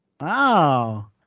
Wow